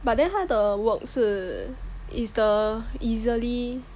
but then 他的 work 是 is the easily